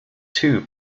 two